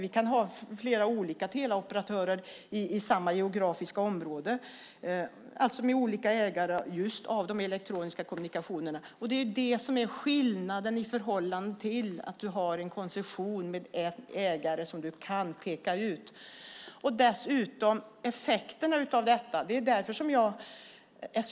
Vi kan ha flera olika teleoperatörer i samma geografiska område, alltså olika ägare av just de elektroniska kommunikationerna. Det är det som är skillnaden i förhållande till att man har en koncession med en ägare som man kan peka ut. Det handlar dessutom om effekterna av detta.